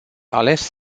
ales